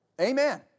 Amen